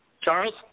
Charles